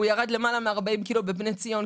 הוא ירד למעלה מ-40 קילו בבני ציון,